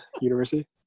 university